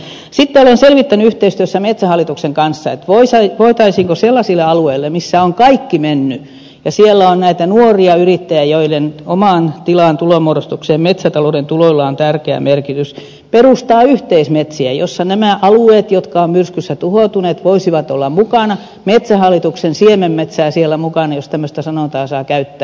toisekseen olen selvittänyt yhteistyössä metsähallituksen kanssa voitaisiinko sellaisille alueille missä on kaikki mennyt ja missä on näitä nuoria yrittäjiä joiden oman tilan tulonmuodostuksessa metsätalouden tuloilla on tärkeä merkitys perustaa yhteismetsiä missä nämä alueet jotka ovat myrskyssä tuhoutuneet voisivat olla mukana metsähallituksen siemenmetsää siellä mukana jos tämmöistä sanontaa saa käyttää